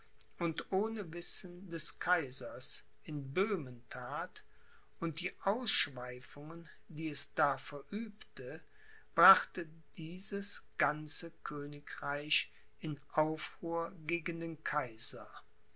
und ohne wissen des kaisers in böhmen that und die ausschweifungen die es da verübte brachte dieses ganze königreich in aufruhr gegen den kaiser